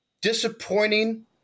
Disappointing